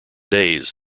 days